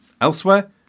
Elsewhere